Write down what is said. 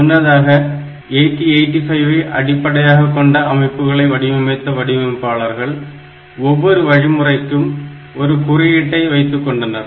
முன்னதாக 8085 ஐ அடிப்படையாகக்கொண்ட அமைப்புகளை வடிவமைத்த வடிவமைப்பாளர்கள் ஒவ்வொரு வழிமுறைக்கும் ஒரு குறியீட்டை வைத்துக்கொண்டனர்